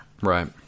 Right